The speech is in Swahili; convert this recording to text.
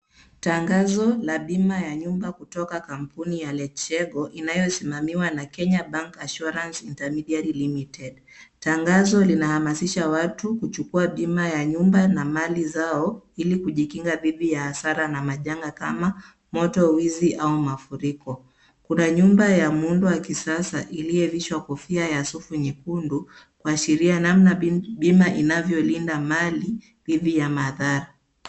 Tangazo la bima ya nyumba kutoka kampuni ya Lechego inayosimamiwa na Kenya Bank Assurance Intermediary Limited. Tangazo linahamasisha watu kuchukua bima ya nyumba na mali zao ili kujikinga dhidi ya hasara na majanga kama moto, uwezi ama mafuriko. Kuna nyumba ya muundo wa kisasa iliyovishwa ya kofia ya safu nyekundu kuashiria namna bima inavyolinda mali dhidi ya madhara.